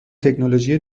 تکنولوژی